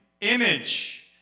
image